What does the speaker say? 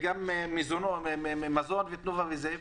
מגה מזון, תנובה וכן הלאה.